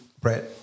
Brett